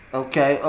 okay